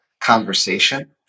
conversation